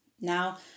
now